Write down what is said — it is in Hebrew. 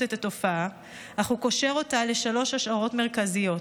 את התופעה אך הוא קושר אותה לשלוש השערות מרכזיות: